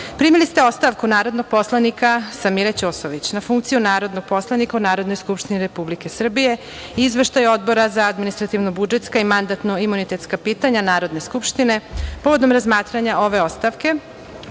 primili ste ostavku narodnog poslanika Samire Ćosović na funkciju narodnog poslanika u Narodnoj skupštini Republike Srbije. Izveštaj Odbora za administrativno budžetska i mandatno imunitetska pitanja Narodne skupštine povodom razmatranja ove ostavke